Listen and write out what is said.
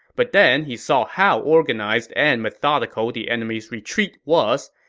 but then he saw how organized and methodical the enemy's retreat was.